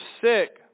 sick